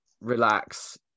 relax